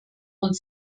und